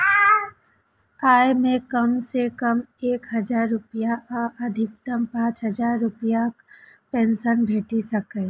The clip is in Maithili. अय मे कम सं कम एक हजार रुपैया आ अधिकतम पांच हजार रुपैयाक पेंशन भेटि सकैए